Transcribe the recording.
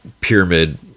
pyramid